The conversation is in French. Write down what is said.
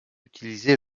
utilisé